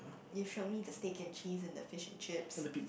you showed me the steak and cheese and the fish and chips